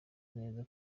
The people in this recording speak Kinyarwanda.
neza